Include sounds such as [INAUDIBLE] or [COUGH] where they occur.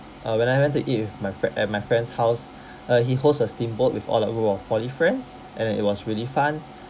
uh when I went to eat with my fr~ at my friend's house [BREATH] uh he hosts a steamboat with all our group of poly friends and then it was really fun